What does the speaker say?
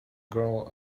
girl